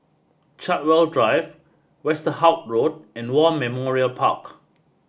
Chartwell Drive Westerhout Road and War Memorial Park